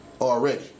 already